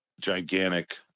gigantic